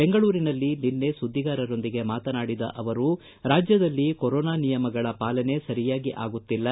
ಬೆಂಗಳೂರಿನಲ್ಲಿ ನಿನ್ನೆ ಸುದ್ದಿಗಾರರೊಂದಿಗೆ ಮಾತನಾಡಿದ ಅವರು ರಾಜ್ಯದಲ್ಲಿ ಕೊರೋನಾ ನಿಯಮಗಳ ಪಾಲನೆ ಸರಿಯಾಗಿ ಆಗುತ್ತಿಲ್ಲ